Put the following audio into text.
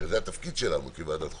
הרי זה התפקיד שלנו כוועדת החוקה,